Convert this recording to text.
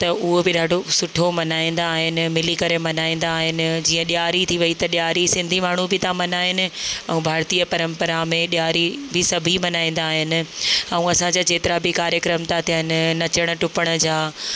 त उहो बि ॾाढो सुठो मल्हाईंदा आहिनि मिली करे मल्हाईंदा आहिनि जीअं ॾियारी थी वई त ॾियारी सिंधी माण्हू बि था मल्हाइनि ऐं भारतीय परम्परा में ॾियारी बि सभु मल्हाईंदा आहिनि ऐं असांजा जेतिरा बि कार्यक्रम था थियनि नचणु टुपण जा